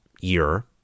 year